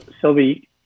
Sylvie